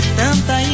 tanta